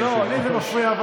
אבל גם לי זה מפריע.